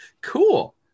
Cool